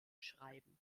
schreiben